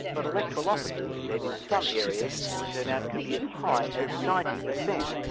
but electoral officers said in some areas turn-out could be as high as ninety percent.